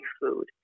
food